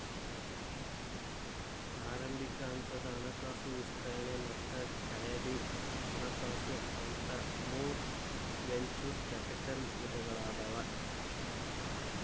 ಆರಂಭಿಕ ಹಂತದ ಹಣಕಾಸು ವಿಸ್ತರಣೆ ಮತ್ತ ಖರೇದಿ ಹಣಕಾಸು ಅಂತ ಮೂರ್ ವೆಂಚೂರ್ ಕ್ಯಾಪಿಟಲ್ ವಿಧಗಳಾದಾವ